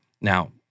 now